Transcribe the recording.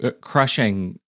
crushing